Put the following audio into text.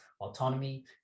autonomy